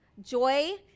joy